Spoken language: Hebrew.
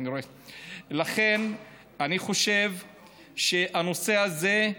אני חושב שהנושא הזה,